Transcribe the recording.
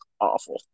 awful